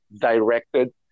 directed